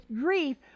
grief